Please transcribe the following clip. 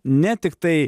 ne tiktai